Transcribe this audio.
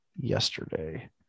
yesterday